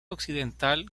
occidental